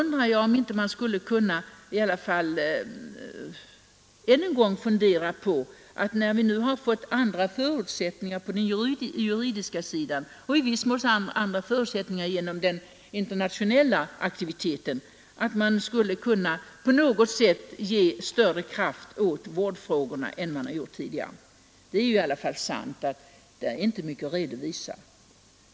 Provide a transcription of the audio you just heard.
När vi nu på den juridiska sidan har fått andra förutsättningar och i viss mån även genom den internationella aktiviteten, så undrar jag om man inte ändå med större kraft än tidigare bör ägna sig åt vårdfrågorna. Sant är ju att där inte finns mycket att redovisa.